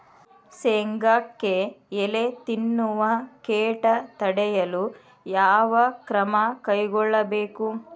ಶೇಂಗಾಕ್ಕೆ ಎಲೆ ತಿನ್ನುವ ಕೇಟ ತಡೆಯಲು ಯಾವ ಕ್ರಮ ಕೈಗೊಳ್ಳಬೇಕು?